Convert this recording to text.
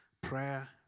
Prayer